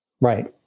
Right